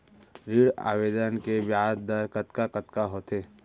ऋण आवेदन के ब्याज दर कतका कतका होथे?